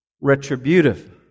retributive